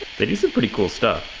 they do some pretty cool stuff.